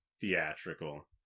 theatrical